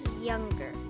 younger